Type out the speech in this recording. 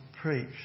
preach